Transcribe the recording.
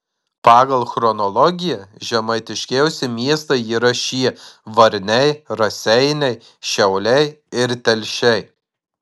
pagal chronologiją žemaitiškiausi miestai yra šie varniai raseiniai šiauliai ir telšiai